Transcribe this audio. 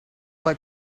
like